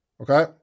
okay